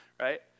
right